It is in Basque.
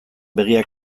begia